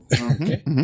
Okay